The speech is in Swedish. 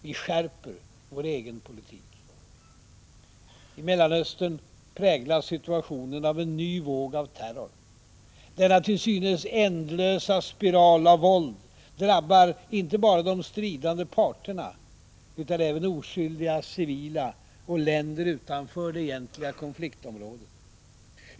Vi skärper vår egen politik. I Mellanöstern präglas situationen av en ny våg av terror. Denna till synes ändlösa spiral av våld drabbar inte bara de stridande parterna, utan även oskyldiga civila och länder utanför det egentliga konfliktområdet.